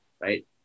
right